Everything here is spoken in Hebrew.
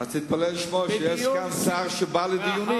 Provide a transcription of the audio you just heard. אז תתפלא לשמוע שיש סגן שר שבא לדיונים.